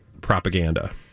propaganda